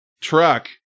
truck